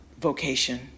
vocation